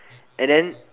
and then